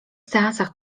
seansach